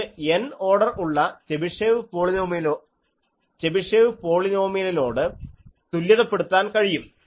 ഇത് N order ഉള്ള Chebyshev പോളിനോമിയലിനോട് തുല്യത പെടുത്താൻ കഴിയും